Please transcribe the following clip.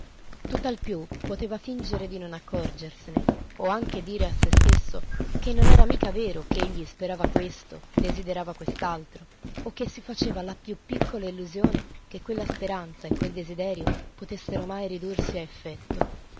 tutt'al più poteva fingere di non accorgersene o anche dire a se stesso che non era mica vero ch'egli sperava questo desiderava quest'altro o che si faceva la più piccola illusione che quella speranza o quel desiderio potessero mai ridursi a effetto